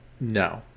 No